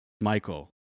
Michael